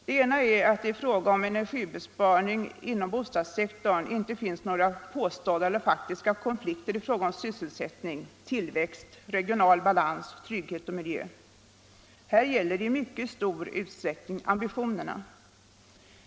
Det ena är att det vid energibesparing inom bostadssektorn inte finns några påstådda eller faktiska konflikter i fråga om sysselsättning, tillväxt, regional balans, trygghet och miljö. Här gäller det i mycket större utsträckning ambitionerna.